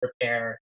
prepare